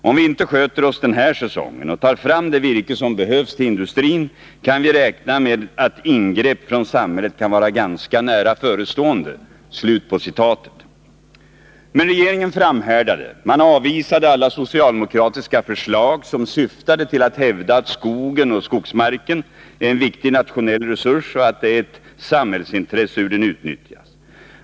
Om vi inte sköter också den här säsongen och tar fram det virke som behövs till industrin, kan vi räkna med att ingrepp från samhället kan vara ganska nära förestående.” Men regeringen framhärdade. Man avvisade alla socialdemokratiska förslag som syftade till att hävda att skogen och skogsmarken är en viktig nationell resurs och att det är ett samhällsintresse hur den utnyttjas.